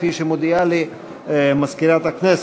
כפי שמודיעה לי מזכירת הכנסת.